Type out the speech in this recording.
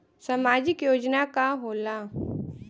सामाजिक योजना का होला?